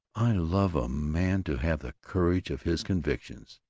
i love a man to have the courage of his convictions!